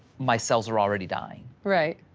my cells are already dying. right